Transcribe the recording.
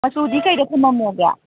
ꯃꯆꯨꯗꯤ ꯀꯩꯗ ꯊꯅꯝꯃꯣꯒꯦ